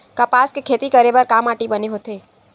कपास के खेती करे बर का माटी बने होथे?